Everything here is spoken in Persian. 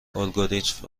الگوریتم